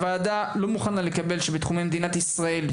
הוועדה לא מוכנה לקבל את זה שבתחומי מדינת ישראל,